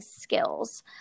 skills